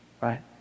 right